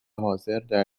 حاضردر